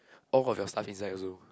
all got your stuff inside also